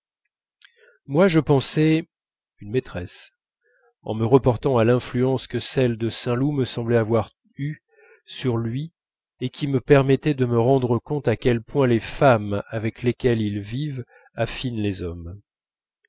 moi je pensai une maîtresse en me reportant à l'influence que celle de saint loup me semblait avoir eue sur lui et qui me permettait de me rendre compte à quel point les femmes avec lesquelles ils vivent affinent les hommes